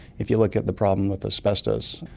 if you look at the problem with asbestos,